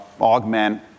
Augment